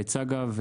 צגה.